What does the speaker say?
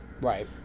Right